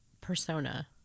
persona